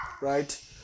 right